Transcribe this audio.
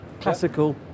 classical